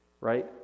right